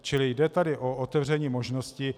Čili jde tady o otevření možnosti.